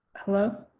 hello?